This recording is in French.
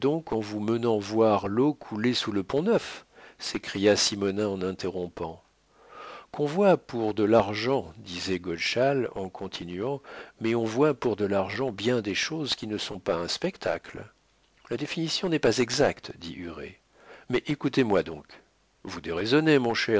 en nous menant voir l'eau couler sous le pont-neuf s'écria simonnin en interrompant qu'on voit pour de l'argent disait godeschal en continuant mais on voit pour de l'argent bien des choses qui ne sont pas un spectacle la définition n'est pas exacte dit huré mais écoutez-moi donc vous déraisonnez mon cher